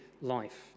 life